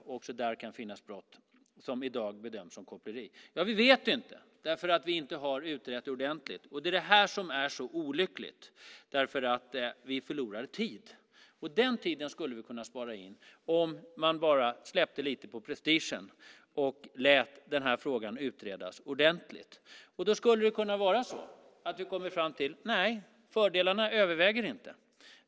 Också där kan det finnas brott som i dag bedöms som koppleri. Ja, vi vet inte därför att vi inte har utrett det ordentligt. Det är det som är så olyckligt, därför att vi förlorar tid. Den tiden skulle kunna sparas in om man bara släppte lite på prestigen och lät den här frågan utredas ordentligt. Då skulle det kunna vara så att vi kommer fram till: Nej, fördelarna överväger inte.